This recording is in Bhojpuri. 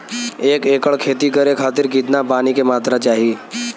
एक एकड़ खेती करे खातिर कितना पानी के मात्रा चाही?